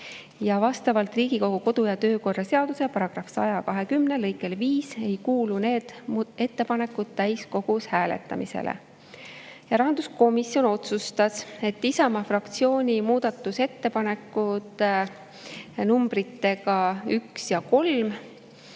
Vastavalt Riigikogu kodu‑ ja töökorra seaduse § 120 lõikele 5 ei kuulu need ettepanekud täiskogus hääletamisele. Rahanduskomisjon otsustas, et Isamaa fraktsiooni muudatusettepanekute nr 1 ja 3